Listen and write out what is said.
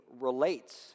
relates